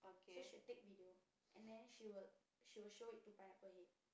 so she will take video and then she will she will show it to Pineapple Head